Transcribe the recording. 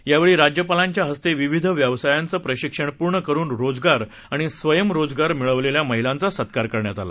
यावेळी राज्यपालांच्या हस्ते विविध व्यवसायांचं प्रशिक्षण पूर्ण करून रोजगार आणि स्वयंरोजगार मिळवलेल्या महिलांचा सत्कार करण्यात आला